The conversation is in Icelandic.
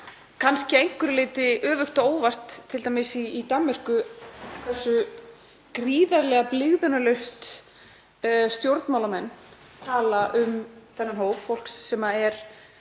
kannski að einhverju leyti öfugt á óvart, t.d. í Danmörku, hversu gríðarlega blygðunarlaust stjórnmálamenn tala um þennan hóp fólks sem er